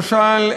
למשל,